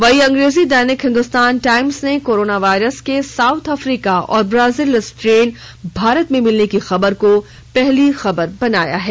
वहीं अंग्रेजी दैनिक हिन्दुस्तान टाइम्स ने कोरोना वायरस के साउथ अफ्रीका और ब्राजील स्ट्रेन भारत में मिलने खबर को पहली खबर बनाया है